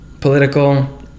political